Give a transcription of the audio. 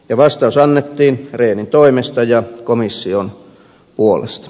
ja vastaus annettiin rehnin toimesta ja komission puolesta